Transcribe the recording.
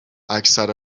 اکثر